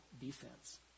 defense